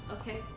okay